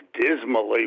dismally